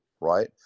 right